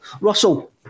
Russell